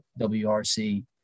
WRC